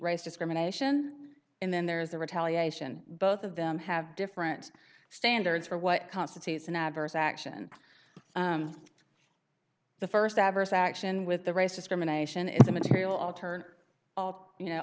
race discrimination and then there's the retaliation both of them have different standards for what constitutes an adverse action the st adverse action with the race discrimination is immaterial all turned out you know